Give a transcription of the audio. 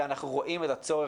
ואנחנו רואים את הצורך.